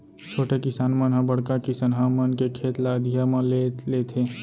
छोटे किसान मन ह बड़का किसनहा मन के खेत ल अधिया म ले लेथें